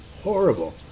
horrible